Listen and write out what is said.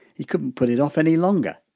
he couldn't put it off any longer